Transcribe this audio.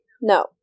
No